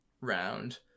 round